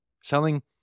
selling